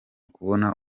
kubona